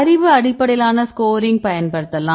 அறிவு அடிப்படையிலான ஸ்கோரிங் பயன்படுத்தலாம்